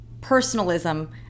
personalism